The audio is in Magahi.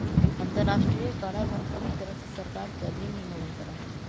अन्तर्राष्ट्रीय कराधान पूरी तरह से सरकार के अधीन ही होवल करा हई